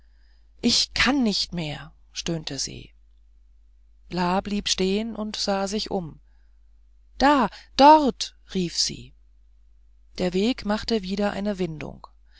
ich kann nicht mehr stöhnte se la blieb stehen und sah sich um da dort rief sie der weg machte wieder eine windung